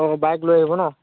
অঁ বাইক লৈ আহিব ন'